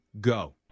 go